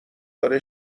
داره